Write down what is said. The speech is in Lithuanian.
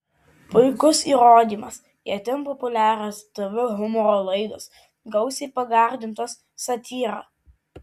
puikus įrodymas itin populiarios tv humoro laidos gausiai pagardintos satyra